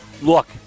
Look